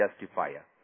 justifier